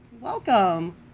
Welcome